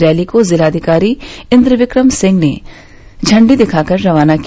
rally को जिलाधिकारी इन्द्रविक्रम सिंह ने झण्डी दिखाकर रवाना किया